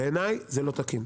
בעיניי זה לא תקין.